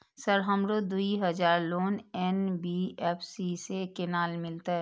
Sir हमरो दूय हजार लोन एन.बी.एफ.सी से केना मिलते?